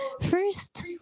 first